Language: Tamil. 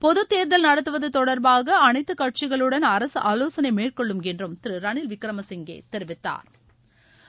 பொது தேர்தல் நடத்துவது தொடர்பாக அனைத்து கட்சிகளுடன் அரசு ஆவோசனை மேற்கொள்ளும் என்றும் திரு ரனில் விக்ரம சிங்கே தெரிவித்தாா்